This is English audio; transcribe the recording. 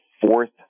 fourth